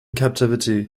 captivity